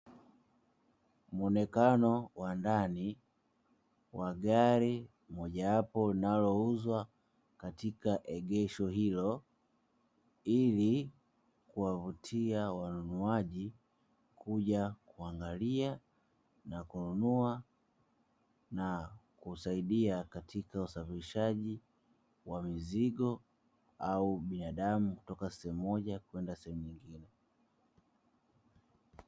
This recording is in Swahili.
Mwonekano wa ndani wa gari mojawapo linalouzwa katika egesho hilo, ili kuwavutia wanunuaji kuja kuangalia na kununua na kusaidia katika usafirishaji wa mizigo au binadamu kutoka sehemu moja kwenda sehemu nyingine.